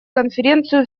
конференцию